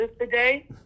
today